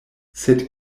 sed